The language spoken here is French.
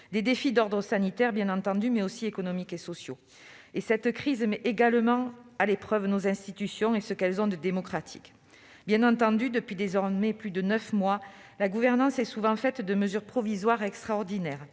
des défis sanitaires, bien entendu, mais aussi économiques et sociaux. Cette crise met également à l'épreuve nos institutions démocratiques. Depuis désormais plus de neuf mois, la gouvernance est souvent faite de mesures provisoires et extraordinaires.